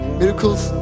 miracles